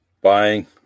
buying